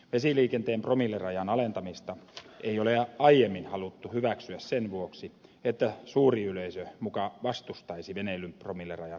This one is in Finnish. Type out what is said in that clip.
vesiliikenteen promillerajan alentamista ei ole aiemmin haluttu hyväksyä sen vuoksi että suuri yleisö muka vastustaisi veneilyn promillerajan laskemista